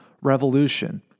revolution